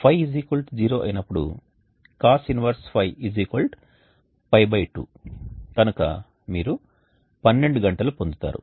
Φ 0 అయినప్పుడు cos 1ϕ π2 కనుక మీరు 12 గంటలు పొందుతారు